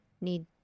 need